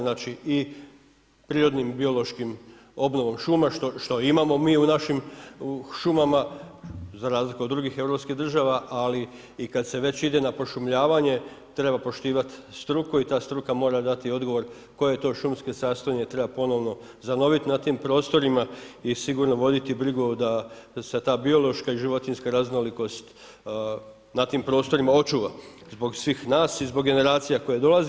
Znači i prirodno biološkim obnovom šuma, što imamo mi u našim šumama, za razliku od drugih europskih država, ali i kada se već ide na pošumljavanje, treba poštivati struku i ta struka mora dati odgovor, koje to šumske sastojne treba ponovno zanovit na tim prostorima i sigurno voditi brigu da se ta biološka i životinjska raznolikost na tim prostorima očuva, zbog svih nas i zbog generacija koje dolaze.